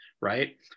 right